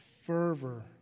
fervor